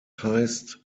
heißt